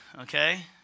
okay